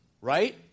Right